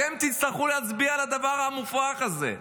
אתם תצטרכו להצביע על הדבר המופרך הזה.